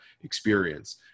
experience